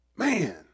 Man